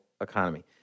economy